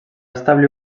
establir